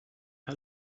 had